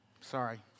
Sorry